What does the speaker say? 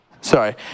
Sorry